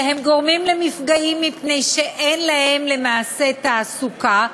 שהם גורמים למפגעים מפני שאין להם למעשה תעסוקה,